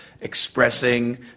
expressing